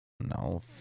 no